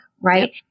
right